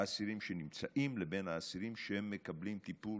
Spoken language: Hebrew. האסירים שנמצאים לבין האסירים שמקבלים טיפול,